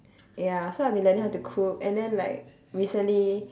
ya so I have been learning how to cook and then like recently